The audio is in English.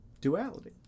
duality